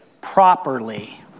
properly